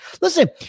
listen